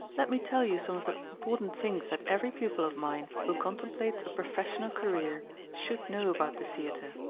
let me tell you some of the important things that every pupil of mine who contemplates a professional career should know about the theatre,